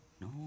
No